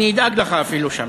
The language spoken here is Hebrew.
אני אדאג לך אפילו, שם.